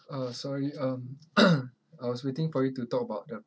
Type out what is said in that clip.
sorry um I was waiting for you to talk about the